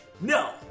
No